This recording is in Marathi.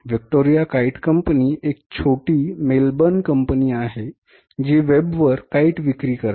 व्हिक्टोरिया काईट कंपनी एक छोटी मेलबर्न कंपनी आहे जी वेबवर काईट विक्री करते